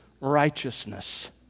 righteousness